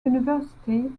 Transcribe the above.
university